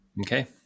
okay